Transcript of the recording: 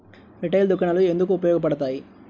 Retail దుకాణాలు ఎందుకు ఉపయోగ పడతాయి?